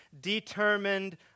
determined